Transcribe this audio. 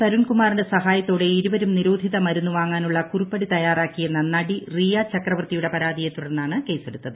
തരുൺകുമാറിന്റെ സഹായത്തോടെ ഇരുവരും നിരോധിത മരുന്നു വാങ്ങാനുള്ള കുറിപ്പടി തയ്യാറാക്കിയെന്ന നടി റിയ ചക്രവർത്തിയുടെ പരാതിയെ തുടർന്നാണ് കേസെടുത്തത്